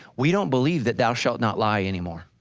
we don't believe that thou shalt not lie anymore,